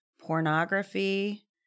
pornography